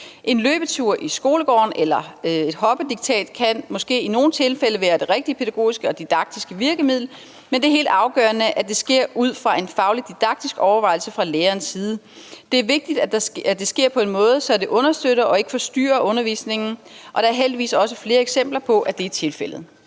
En løbetur i skolegården eller et hoppediktat kan måske i nogle tilfælde være det rigtige pædagogiske og didaktiske virkemiddel, men det er helt afgørende, at det sker ud fra en faglig didaktisk overvejelse fra lærerens side. Det er vigtigt, at det sker på en måde, så det understøtter og ikke forstyrrer undervisningen, og der er heldigvis også flere eksempler på, at det er tilfældet.